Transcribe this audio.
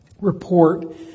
report